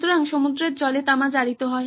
সুতরাং সমুদ্রের জলে তামা জারিত হয়